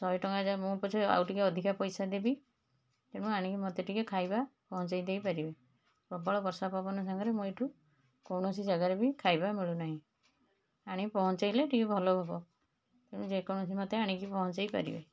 ଶହେ ଟଙ୍କା ଯାଉ ମୁଁ ପଛେ ଆଉ ଟିକିଏ ଅଧିକା ପଇସା ଦେବି ତେଣୁ ଆଣିକି ମୋତେ ଟିକିଏ ଖାଇବା ପହଞ୍ଚାଇ ଦେଇପାରିବେ ପ୍ରବଳ ବର୍ଷା ପବନ ସାଙ୍ଗରେ ମୁଁ ଏଇଠୁ କୌଣସି ଜାଗାରେ ବି ଖାଇବା ମିଳୁନାହିଁ ଆଣି ପହଞ୍ଚେଇଲେ ଟିକିଏ ଭଲ ହବ ତେଣୁ ଯେକୌଣସିମତେ ଆଣିକି ପହଞ୍ଚେଇପାରିବେ